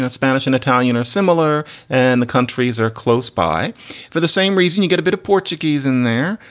ah spanish and italian are similar and the countries are close by for the same reason. you get a bit of portuguese in there,